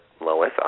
Lois